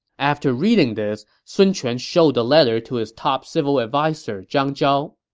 after reading this, sun quan showed the letter to his top civil adviser, zhang zhao.